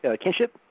kinship